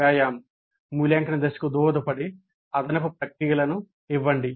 వ్యాయామం మూల్యాంకన దశకు దోహదపడే అదనపు ప్రక్రియలను ఇవ్వండి